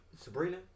Sabrina